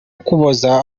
ukuboza